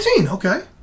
Okay